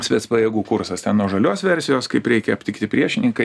specpajėgų kursas nuo žalios versijos kaip reikia aptikti priešiniką